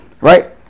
Right